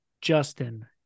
Justin